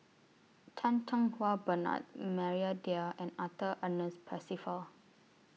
Chan Cheng Wah Bernard Maria Dyer and Arthur Ernest Percival